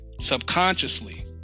subconsciously